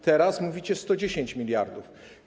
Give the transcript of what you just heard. Teraz mówicie: 110 mld.